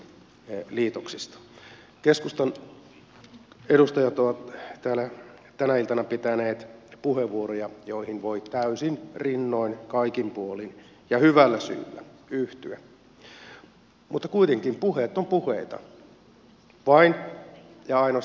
keskustan edustajat ovat täällä tänä iltana pitäneet puheenvuoroja joihin voi täysin rinnoin kaikin puolin ja hyvällä syyllä yhtyä mutta kuitenkin puheet ovat puheita vain ja ainoastaan teot merkitsevät